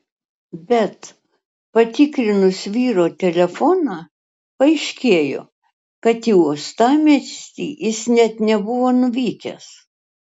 bet patikrinus vyro telefoną paaiškėjo kad į uostamiestį jis net nebuvo nuvykęs